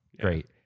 Great